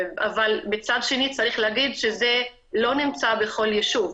מצד שני, צריך להגיד שזה לא נמצא בכל יישוב.